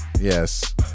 yes